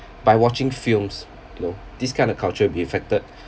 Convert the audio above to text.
by watching films loh this kind of culture be affected